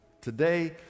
today